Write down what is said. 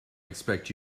expect